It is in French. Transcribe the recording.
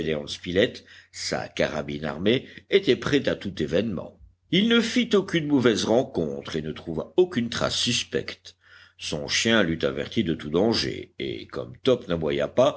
spilett sa carabine armée était prêt à tout événement il ne fit aucune mauvaise rencontre et ne trouva aucune trace suspecte son chien l'eût averti de tout danger et comme top n'aboya pas